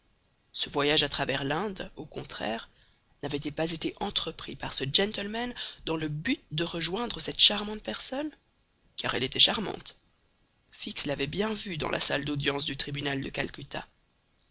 ce voyage à travers l'inde au contraire n'avait-il pas été entrepris par ce gentleman dans le but de rejoindre cette charmante personne car elle était charmante fix l'avait bien vu dans la salle d'audience du tribunal de calcutta